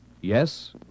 Yes